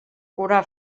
curar